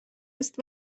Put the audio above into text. است